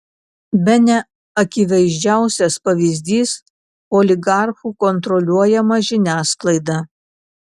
bene akivaizdžiausias pavyzdys oligarchų kontroliuojama žiniasklaida